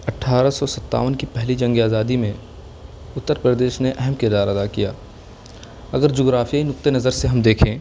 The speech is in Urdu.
اٹھارہ سو ستاون کی پہلی جنگِ آزادی میں اتر پردیش نے اہم کردار ادا کیا اگر جغرافیائی نکتہِ نظر سے ہم دیکھیں